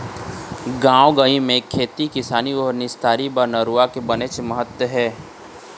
गाँव गंवई म खेती किसानी अउ निस्तारी बर नरूवा के बनेच महत्ता हे